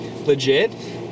Legit